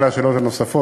תודה על השאלות הנוספות.